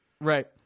Right